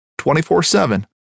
24-7